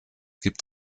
gibt